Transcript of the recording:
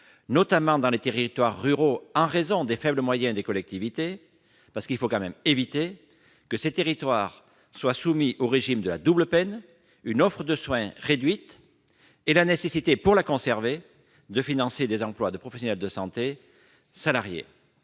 notamment dans les territoires ruraux, au regard des faibles moyens des collectivités ? Il faut en effet éviter que ces territoires ne soient soumis au régime de la double peine : une offre de soins réduite et la nécessité, pour la conserver, de financer des emplois de professionnels de santé salariés.